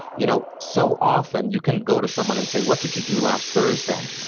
you know so often you can go to someone and say, what did you do last thursday?